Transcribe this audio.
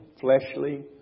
fleshly